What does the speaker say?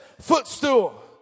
footstool